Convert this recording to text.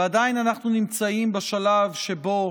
ועדיין אנחנו נמצאים בשלב שבו